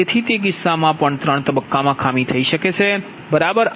તેથી તે કિસ્સામાં પણ ત્રણ તબક્કામાં ખામી થઈ શકે છે બરાબર